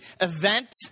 event